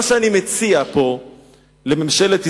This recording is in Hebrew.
אדוני השר, מה שאני מציע פה לממשלת ישראל: